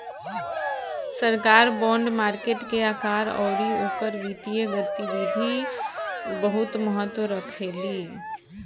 सरकार bond market के आकार अउरी ओकर वित्तीय गतिविधि बहुत महत्व रखेली